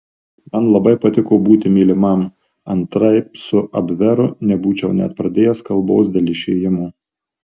man labai patiko būti mylimam antraip su abveru nebūčiau net pradėjęs kalbos dėl išėjimo